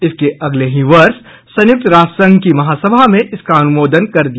इसके अगले ही वर्ष संयुक्त राष्ट्र संघ की महासभा में इसका अनुमोदन कर दिया